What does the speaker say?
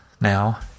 now